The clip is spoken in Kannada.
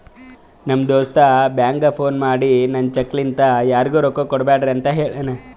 ನಮ್ ದೋಸ್ತ ಬ್ಯಾಂಕ್ಗ ಫೋನ್ ಮಾಡಿ ನಂದ್ ಚೆಕ್ ಲಿಂತಾ ಯಾರಿಗೂ ರೊಕ್ಕಾ ಕೊಡ್ಬ್ಯಾಡ್ರಿ ಅಂತ್ ಹೆಳುನೂ